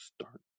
start